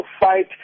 fight